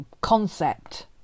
concept